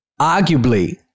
arguably